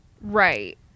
Right